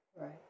Right